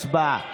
הצבעה.